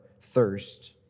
thirst